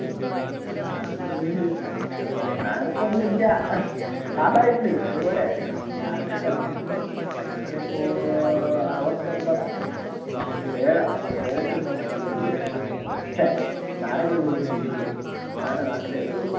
mark മാർക്കൊന്നും ഇല്ല പാസ്സായിട്ടുണ്ട് അതുപോരെ മാർക്കൊക്കെ കമ്മിയാണ് എത്രായിപ്പോൾ അറുപത്തൊമ്പതാണ് ഏഴാണ് ഏഴൊക്കെയേയുള്ളൂ സി ജി പി എ ഛെ നാലൊക്കെയേയുള്ളൂ സി ജി പി എ നാലോ നാലരയോ അത്രേ ഉള്ളൂ